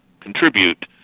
contribute